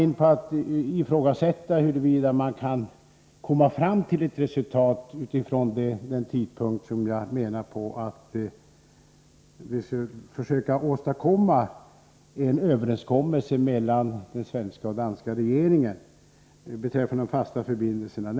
Nu ifrågasätter man huruvida det går att komma fram till ett resultat redan våren 1985, då jag menar att vi skulle försöka åstadkomma en överenskommelse mellan de danska och svenska regeringarna beträffande de fasta förbindelserna.